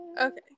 Okay